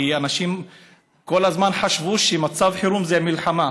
כי אנשים כל הזמן חשבו שמצב חירום זה מלחמה.